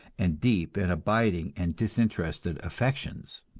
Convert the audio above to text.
and deep and abiding and disinterested affections.